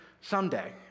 someday